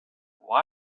why